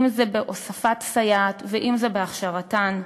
אם בהוספת סייעת ואם בהכשרתן,